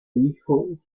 hijo